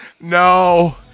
no